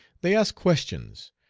they ask questions,